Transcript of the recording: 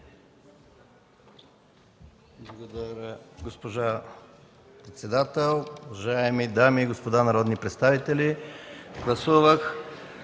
Благодаря, госпожо председател. Уважаеми дами и господа народни представители!